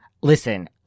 Listen